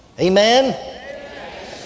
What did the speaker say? Amen